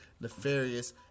nefarious